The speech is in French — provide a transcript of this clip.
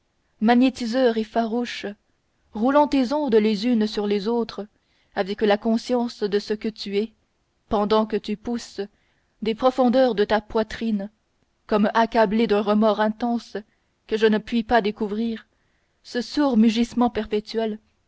magnétiseur et farouche roulant tes ondes les unes sur les autres avec la conscience de ce que tu es pendant que tu pousses des profondeurs de ta poitrine comme accablé d'un remords intense que je ne puis pas découvrir ce sourd mugissement perpétuel